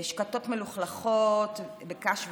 שקתות מלוכלכות בקש וצואה,